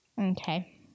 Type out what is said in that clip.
Okay